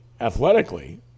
athletically